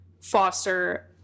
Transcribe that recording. foster